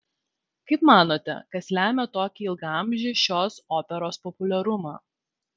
kaip manote kas lemia tokį ilgaamžį šios operos populiarumą